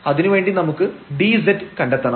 അതിനുവേണ്ടി നമുക്ക് dz കണ്ടെത്തണം